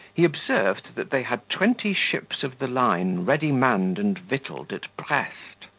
he observed that they had twenty ships of the line ready manned and victualled at brest,